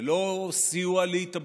ולא סיוע להתאבדות,